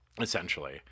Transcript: essentially